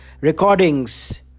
recordings